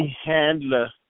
handler